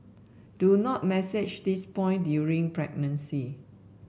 do not massage this point during pregnancy